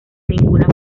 ninguna